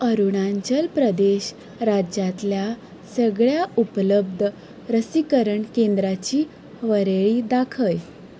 अरुणाचल प्रदेश राज्यांतल्या सगळ्या उपलब्ध लसीकरण केंद्रांची वळेरी दाखय